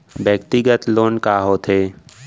व्यक्तिगत लोन का होथे?